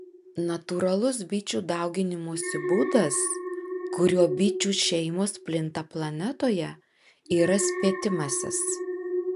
natūralus bičių dauginimosi būdas kuriuo bičių šeimos plinta planetoje yra spietimasis